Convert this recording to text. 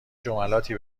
جملاتی